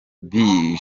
billy